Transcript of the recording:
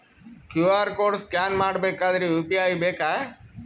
QR code scan ಮಾಡಬೇಕಾದರೆ UPI ಬೇಕಾ?